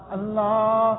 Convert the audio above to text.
Allah